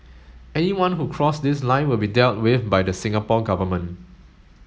anyone who cross this line will be dealt with by the Singapore Government